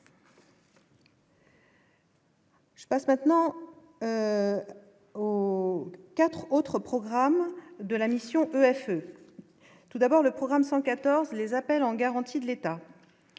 Je passe maintenant au 4 autres programmes de la mission peut F. tout d'abord le programme 114 les appels en garantie de l'État,